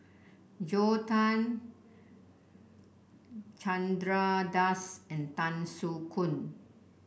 Joel Tan Chandra Das and Tan Soo Khoon